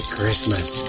Christmas